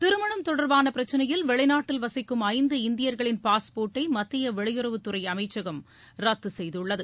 திருமணம் தொடர்பான பிரச்சினையில் வெளிநாட்டில் வசிக்கும் ஐந்து இந்தியர்களின் பாஸ்போர்ட்டை மத்திய வெளியுறவுத்துறை அமைச்சம் ரத்து செய்துள்ளது